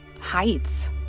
heights